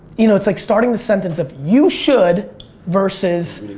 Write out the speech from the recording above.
you know it's like starting the sentence of you should versus,